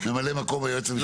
ממלא מקום היועץ המשפטי לממשלה.